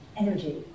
energy